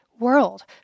world